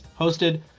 hosted